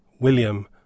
William